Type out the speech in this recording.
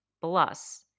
Plus